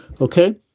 Okay